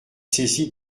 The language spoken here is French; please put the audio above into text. saisi